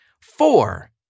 Four